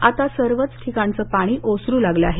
आता सर्वच ठिकाणचं पाणी ओसरू लागलं आहे